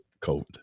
COVID